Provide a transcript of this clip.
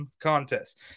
Contest